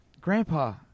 Grandpa